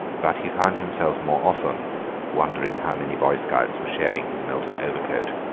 but he found himself more often wondering how many boy scouts were sharing his melton overcoat.